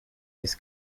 this